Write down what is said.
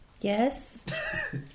yes